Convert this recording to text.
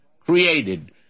created